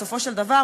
בסופו של דבר,